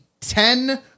ten